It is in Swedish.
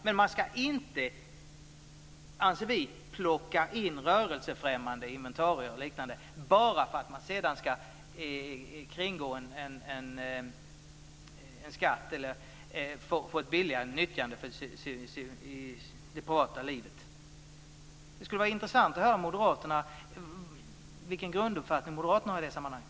Man ska dock inte, anser vi, plocka in rörelsefrämmande inventarier o.d. bara för att sedan kringgå en skatt eller få ett billigare nyttjande i det privata livet. Det skulle vara intressant att höra vilken grunduppfattning moderaterna har i det sammanhanget.